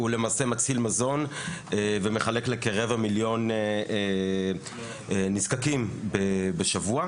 הוא למעשה מציל מזון ומחלק ל-כרבע מיליון נזקקים בשבוע.